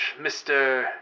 Mr